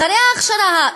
אחרי ההכשרה.